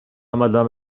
madame